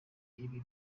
ibi